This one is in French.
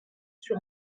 sur